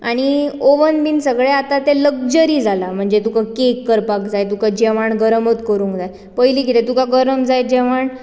आनी ऑव्हन बीन सगळें आतां तें लग्जरी जालां म्हणचे तुका कॅक करपाक जाय तुका जेवण गरमच करूंक जाय पयलीं कितें तुका गरम जाय जेवण